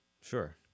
Sure